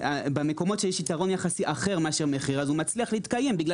במקומות שיש יתרון אחר מאשר מחיר אז הוא מצליח להתקיים בגלל